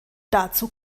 dazu